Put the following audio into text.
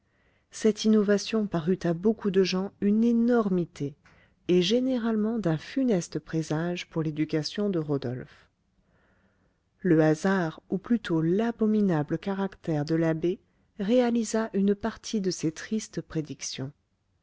cette innovation parut à beaucoup de gens une énormité et généralement d'un funeste présage pour l'éducation de rodolphe le hasard ou plutôt l'abominable caractère de l'abbé réalisa une partie de ces tristes prédictions